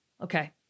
Okay